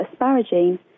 asparagine